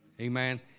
Amen